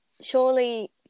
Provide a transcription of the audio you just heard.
Surely